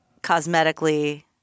cosmetically